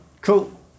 cool